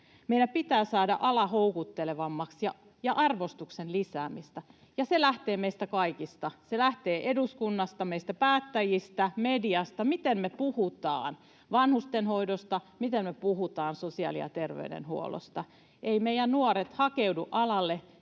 Meidän pitää saada ala houkuttelevammaksi ja arvostuksen lisäämistä, ja se lähtee meistä kaikista. Lähtee eduskunnasta, meistä päättäjistä, mediasta se, miten me puhutaan vanhustenhoidosta, mitä me puhutaan sosiaali- ja terveydenhuollosta. Eivät meidän nuoret hakeudu alalle,